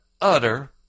utter